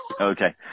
Okay